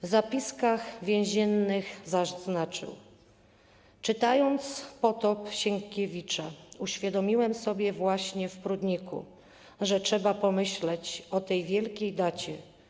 W „Zapiskach więziennych” zaznaczał: „Czytając 'Potop' Sienkiewicza, uświadomiłem sobie właśnie w Prudniku, że trzeba pomyśleć o tej wielkiej dacie.